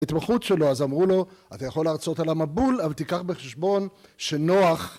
התמחות שלו אז אמרו לו אתה יכול להרצות על המבול אבל תיקח בחשבון שנוח...